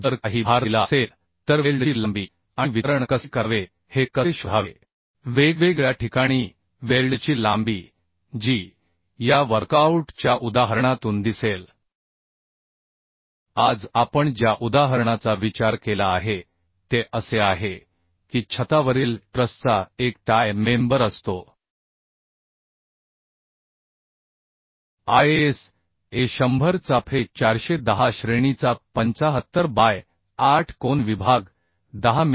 जर काही भार दिला असेल तर वेल्डची लांबी आणि वितरण कसे करावे हे कसे शोधावे वेगवेगळ्या ठिकाणी वेल्डची लांबी जी या वर्कआऊट च्या उदाहरणातून दिसेल आज आपण ज्या उदाहरणाचा विचार केला आहे ते असे आहे की छतावरील ट्रसचा एक टाय मेंबर असतो ISA 100 चा Fe 410 श्रेणीचा 75 बाय 8 कोन विभाग 10 मि